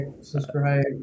subscribe